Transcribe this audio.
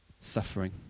suffering